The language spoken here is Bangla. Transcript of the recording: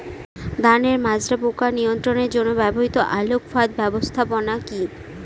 ধানের মাজরা পোকা নিয়ন্ত্রণের জন্য ব্যবহৃত আলোক ফাঁদ ব্যবস্থাপনা কি?